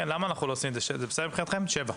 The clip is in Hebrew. כן, זה בסדר מבחינתכם שבע?